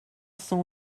cent